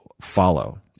follow